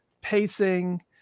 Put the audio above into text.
pacing